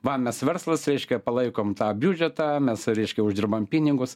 va mes verslas reiškia palaikom tą biudžetą mes reiškia uždirbam pinigus